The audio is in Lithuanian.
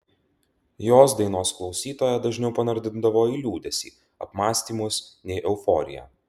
jos dainos klausytoją dažniau panardindavo į liūdesį apmąstymus nei euforiją